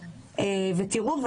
ותראו,